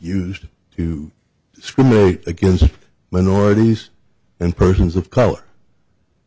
used to discriminate against minorities and persons of color